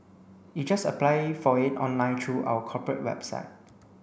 you just apply for it online through our corporate website